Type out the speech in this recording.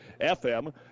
FM